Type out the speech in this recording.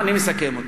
אני מסכם אותו.